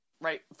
right